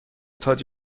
تاج